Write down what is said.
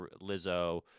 Lizzo